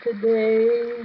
today